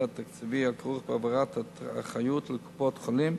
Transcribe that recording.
התקציבי הכרוך בהעברת האחריות לקופות-החולים.